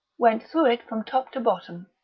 went through it from top to bottom,